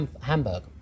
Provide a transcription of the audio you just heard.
Hamburg